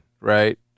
right